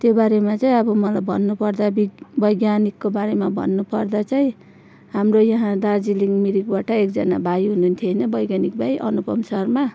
त्यो बारेमा चाहिँ अब मलाई भन्नु पर्दा वि वैज्ञानिकको बारेमा भन्नु पर्दा चाहिँ हाम्रो यहाँ दार्जिलिङ मिरिकबाट एकजना भाइ हुनुहुन्थ्यो होइन वैज्ञानिक भाइ अनुपम शर्मा